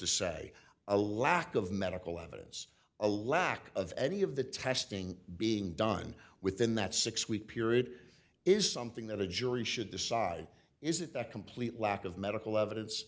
to say a lack of medical evidence a lack of any of the testing being done within that six week period is something that a jury should decide is it that complete lack of medical evidence